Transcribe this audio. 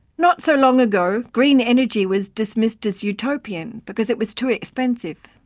not so long ago, green energy was dismissed as utopian, because it was too expensive.